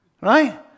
right